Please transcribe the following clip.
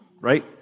right